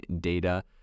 data